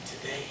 today